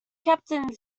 captain